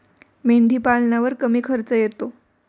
मेंढीपालनावर कमी खर्च येतो